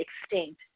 extinct